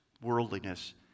worldliness